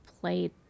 played